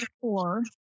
four